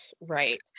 Right